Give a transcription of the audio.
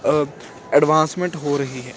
advancement ਹੋ ਰਹੀ ਹੈ